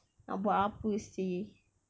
nak buat apa seh